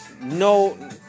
No